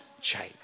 change